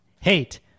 Hate